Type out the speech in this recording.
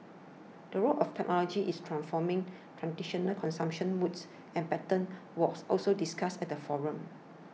the role of technology is transforming traditional consumption modes and patterns was also discussed at the forum